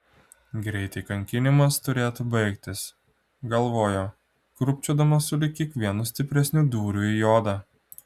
greitai kankinimas turėtų baigtis galvojo krūpčiodama sulig kiekvienu stipresniu dūriu į odą